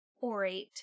orate